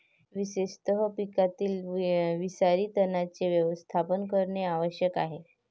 विशेषतः पिकातील विषारी तणांचे व्यवस्थापन करणे आवश्यक आहे